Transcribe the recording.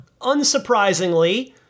unsurprisingly